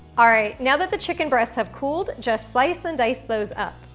all right, now that the chicken breasts have cooled, just slice and dice those up.